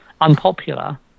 unpopular